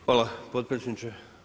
Hvala potpredsjedniče.